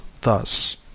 thus